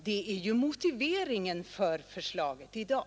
Det är ju motiveringen för förslaget i dag.